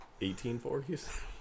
1840s